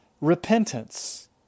repentance